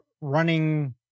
running